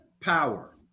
power